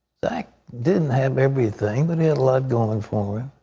zach didn't have everything, but he had a lot going for him.